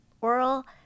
oral